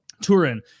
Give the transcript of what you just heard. Turin